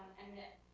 and then